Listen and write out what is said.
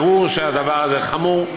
ברור שהדבר הזה חמור.